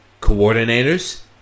coordinators